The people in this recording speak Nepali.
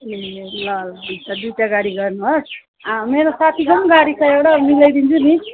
ए ल ल हुन्छ दुइटा गाडी गर्नुहोस् मेरो साथीको पनि गाडी छ एउटा मिलाइदिन्छु नि